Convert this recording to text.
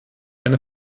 eine